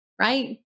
right